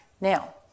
Now